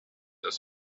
aus